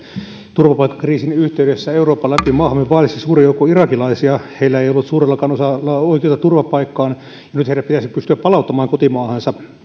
turvapaikkakriisin yhteydessä euroopan läpi maahamme vaelsi suuri joukko irakilaisia heillä ei ollut suurellakaan osalla oikeutta turvapaikkaan nyt heidät pitäisi pystyä palauttamaan kotimaahansa